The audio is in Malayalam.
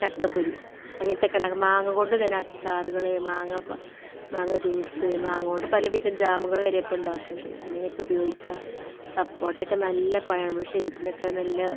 ചക്ക പൊരി അങ്ങനത്തെയൊക്കെ ഉണ്ടാക്കുക മാങ്ങ കൊണ്ടു തന്നെ അച്ചാറുകൾ മാങ്ങ പ മാങ്ങ ജ്യൂസ് മാങ്ങ കൊണ്ട് പല വിധ ജാമുകൾ വരെ ഇപ്പോൾ ഉണ്ടാക്കുന്നുണ്ട് അങ്ങനെയൊക്കെ ഉപയോഗിക്കാം സപ്പോട്ട ഒക്കെ നല്ല പാഴമാണ് നമ്മുടെ ശരീരത്തിനൊക്കെ നല്ല